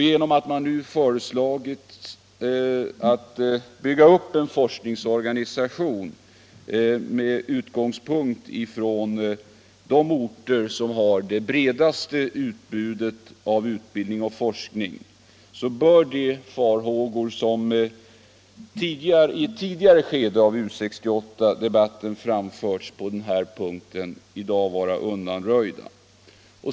Genom att man nu föreslagit uppbyggandet av en forskningsorganisation på regional bas med utgångspunkt i de orter som i dag har det bredaste utbudet av utbildning och forskning bör de farhågor som i ett tidigare skede av U 68-debatten framförts på den här punkten vara undanröjda.